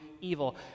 evil